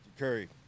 Curry